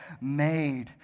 made